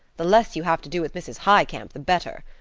the less you have to do with mrs. highcamp, the better.